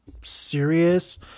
serious